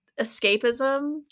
escapism